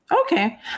Okay